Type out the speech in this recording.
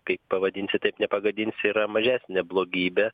kaip pavadinsi taip nepagadinsi yra mažesnė blogybė